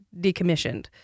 decommissioned